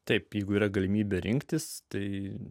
taip jeigu yra galimybė rinktis tai